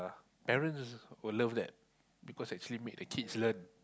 parents will love that because actually make the kids learn